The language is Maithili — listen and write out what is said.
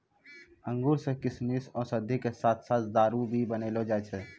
अंगूर सॅ किशमिश, औषधि के साथॅ साथॅ दारू भी बनैलो जाय छै